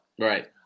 Right